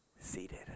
Seated